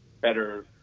better